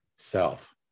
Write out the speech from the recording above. self